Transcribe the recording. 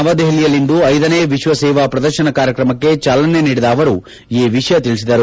ನವದೆಹಲಿಯಲ್ಲಿಂದು ಐದನೇ ವಿಶ್ವ ಸೇವಾ ಪ್ರದರ್ಶನ ಕಾರ್ಯಕ್ರಮಕ್ಕೆ ಚಾಲನೆ ನೀಡಿದ ಅವರು ಈ ವಿಷಯ ತಿಳಿಸಿದರು